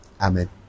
Amen